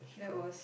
that's true